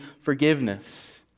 forgiveness